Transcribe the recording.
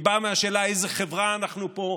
היא באה מהשאלה: איזו חברה אנחנו פה,